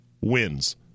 wins